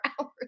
hours